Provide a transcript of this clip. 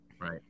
right